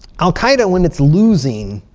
al-qaeda, when it's losing